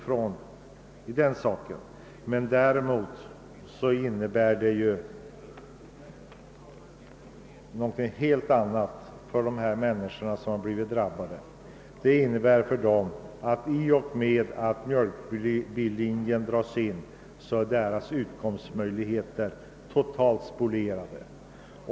Frågan har en helt annan storleksordning för de människor som blir drabbade. I och med att mjölkbillinjen dras in blir deras utkomstmöjligheter totalt spolierade.